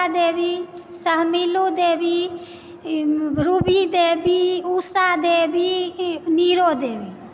गीता देवी सहमीलू देवी रूबी देवी ऊषा देवी नीरो देवी